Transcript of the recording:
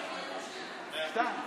ריצה?